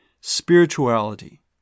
Spirituality